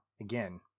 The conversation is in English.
Again